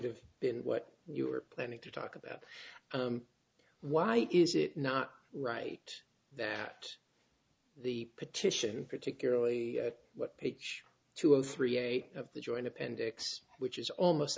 have been what you were planning to talk about why is it not right that the petition particularly what page two zero three eight of the joint appendix which is almost